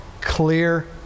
clear